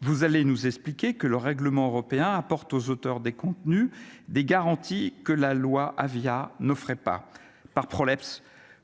vous allez nous expliquer que le règlement européen apporte aux auteurs des contenus des garanties que la loi Avia ne ferait pas par problème,